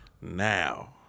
now